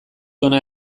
hona